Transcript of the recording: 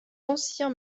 ancien